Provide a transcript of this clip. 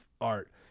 art